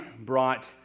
brought